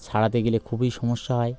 সারাতে গেলে খুবই সমস্যা হয়